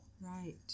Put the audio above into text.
right